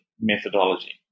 methodology